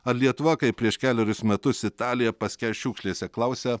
ar lietuva kaip prieš kelerius metus italija paskęs šiukšlėse klausia